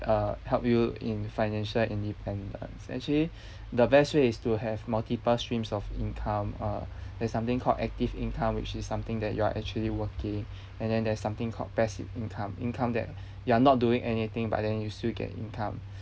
uh help you in financial independence actually the best way is to have multiple streams of income uh there's something called active income which is something that you are actually working and then there's something called passive income income that you are not doing anything but then you still get income